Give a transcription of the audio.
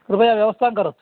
कृपया व्यवस्थां करोतु